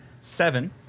seven